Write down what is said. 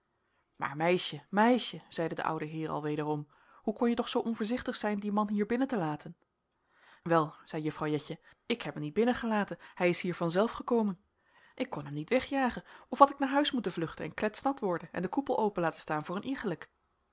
maar meisje meisje zeide de oude heer al wederom hoe kon je toch zoo onvoorzichtig zijn dien man hier binnen te laten wel zei juffrouw jetje ik heb hem niet binnengelaten hij is hier vanzelf gekomen ik kon hem toch niet wegjagen of had ik naar huis moeten vluchten en kletsnat worden en den koepel open laten staan voor een